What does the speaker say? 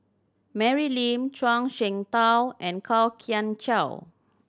Mary Lim Zhuang Shengtao and Kwok Kian Chow